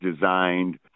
designed